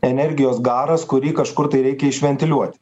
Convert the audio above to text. energijos garas kurį kažkur tai reikia išventeliuoti